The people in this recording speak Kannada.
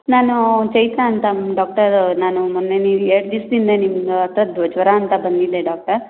ನಾನೂ ಚೈತ್ರ ಅಂತ ಡಾಕ್ಟರ್ ನಾನು ಮೊನ್ನೆ ನೀವು ಎರ್ಡು ದಿವ್ಸ್ದಿಂದೆ ನಿಮ್ಮ ಹತ್ರ ಜ್ವರ ಅಂತ ಬಂದಿದ್ದೆ ಡಾಕ್ಟರ್